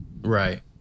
right